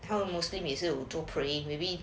他们 muslim 也是有做 praying maybe